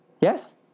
Yes